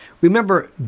Remember